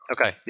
Okay